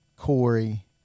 Corey